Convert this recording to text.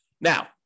now